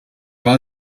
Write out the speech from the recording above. war